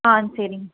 ஆ சரிங்க